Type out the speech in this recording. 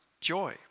joy